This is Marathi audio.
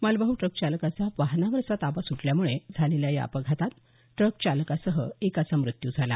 मालवाहू ट्रकचालकाचा वाहनावरचा ताबा सुटल्यामुळे झालेल्या या अपघातात ट्रकचालकासह एकाचा म्रत्यू झाला